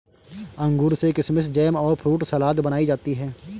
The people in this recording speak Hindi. अंगूर से किशमिस जैम और फ्रूट सलाद बनाई जाती है